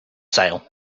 sale